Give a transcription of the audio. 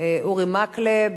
אורי מקלב.